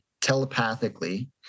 telepathically